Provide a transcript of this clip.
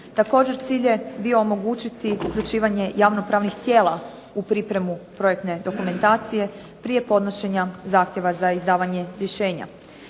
Također, cilj je bio omogućiti uključivanje javno-pravnih tijela u pripremu projektne dokumentacije prije podnošenja zahtjeva za izdavanje rješenja.